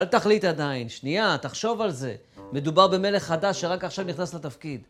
אל תחליט עדיין. שנייה, תחשוב על זה. מדובר במלך חדש שרק עכשיו נכנס לתפקיד.